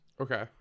Okay